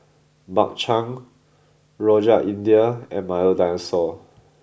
Bak Chang Rojak India and Milo Dinosaur